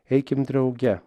eikim drauge